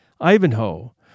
Ivanhoe